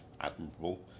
admirable